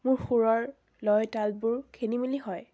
মোৰ সুৰৰ লয় তালবোৰ খেলিমেলি হয়